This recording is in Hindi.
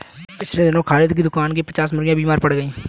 पिछले दिनों खालिद के दुकान की पच्चास मुर्गियां बीमार पड़ गईं